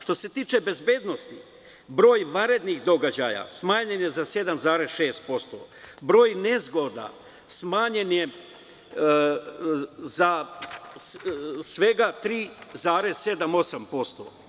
Što se tiče bezbednosti, broj vanrednih događaja smanjen je za 7,6%, broj nezgoda smanjen je za svega 3,7% - 3,8%